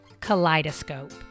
Kaleidoscope